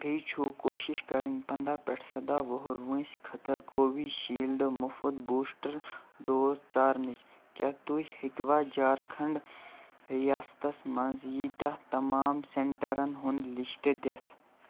بیٚیہِ چھُ کوٗشِش کَرٕنۍ پنٛداہ پٮ۪ٹھ سَداہ وُہُر وٲنٛسہِ خٲطر کووِشیٖلڈ مُفت بوٗسٹر ڈوز ژارنٕچ کیٛاہ تُہۍ ہیٚکوا جھارکھنٛڈ ریاستس مَنٛز ییٖتاہ تمام سینٹرن ہُنٛد لِسٹ دِتھ